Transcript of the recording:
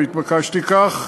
והתבקשתי כך.